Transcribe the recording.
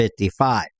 55